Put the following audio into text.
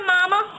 Mama